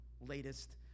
latest